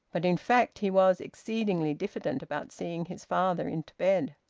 but in fact he was exceedingly diffident about seeing his father into bed.